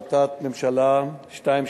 הצעת חוק הביטוח הלאומי (תיקון,